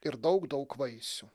ir daug daug vaisių